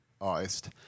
artist